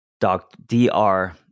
dr